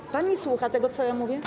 Czy pan nie słucha tego, co ja mówię?